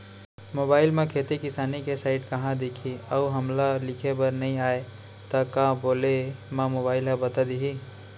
Mobile म खेती किसानी के साइट कहाँ दिखही अऊ हमला लिखेबर नई आय त का बोले म मोबाइल ह बता दिही?